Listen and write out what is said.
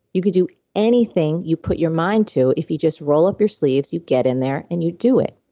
you could do anything you put your mind to. if you just roll up your sleeves, you get in there and you do it.